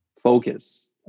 focus